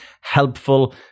helpful